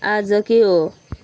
आज के हो